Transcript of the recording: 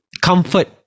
comfort